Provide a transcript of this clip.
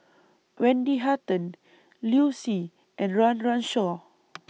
Wendy Hutton Liu Si and Run Run Shaw